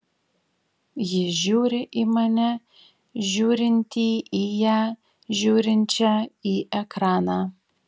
ji žiūri į mane žiūrintį į ją žiūrinčią į ekraną